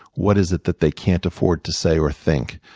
what is it that they can't afford to say or think?